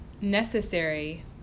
necessary